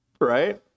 right